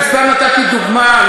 אני סתם נתתי דוגמה,